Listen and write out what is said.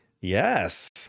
Yes